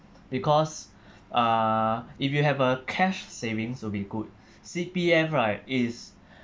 because uh if you have a cash savings will be good C_P_F right is